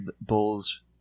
Bull's